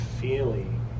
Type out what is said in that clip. feeling